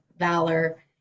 valor